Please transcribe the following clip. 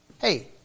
Hey